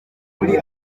muri